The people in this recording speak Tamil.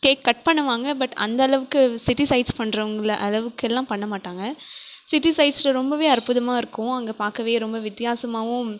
கேக் கட் பண்ணுவாங்க பட் அந்தளவுக்கு சிட்டி சைட்ஸ் பண்றவங்க அளவுக்கெல்லாம் பண்ண மாட்டாங்க சிட்டி சைட்ஸில் ரொம்பவே அற்புதமாக இருக்கும் அங்கே பார்க்கவே ரொம்ப வித்தியாசமாகவும்